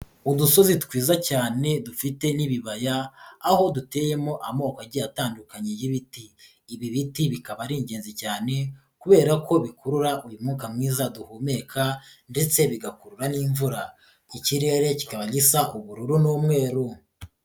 Udusozi twiza cyane dufite n'ibibaya, aho duteyemo amoko agiye atandukanye y'ibiti. Ibi biti bikaba ari ingenzi cyane kubera ko bikurura uyu mwuka mwiza duhumeka ndetse bigakururwa n'imvura, ikirere kikaba gisa ubururu n'umweru.